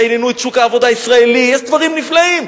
רעננו את שוק העבודה הישראלי, יש דברים נפלאים.